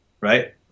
right